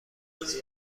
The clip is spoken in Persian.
نوشته